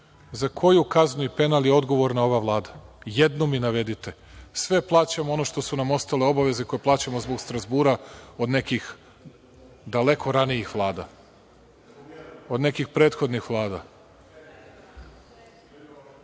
za koju kaznu i penal je odgovorna ova Vlada? Jednu mi navedite. Sve plaćamo, ono što su nam ostale obaveze koje plaćamo zbog Strazbura od nekih daleko ranijih vlada, od nekih prethodnih vlada.(Boško